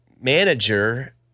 manager